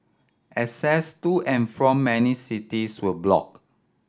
access to and from many cities were blocked